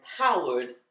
empowered